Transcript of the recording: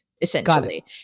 essentially